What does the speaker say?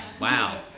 wow